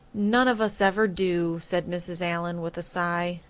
none of us ever do, said mrs. allan with a sigh.